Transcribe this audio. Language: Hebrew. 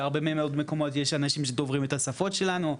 בהרבה מאוד מקומות יש אנשים שדוברים את השפות שלנו,